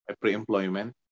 pre-employment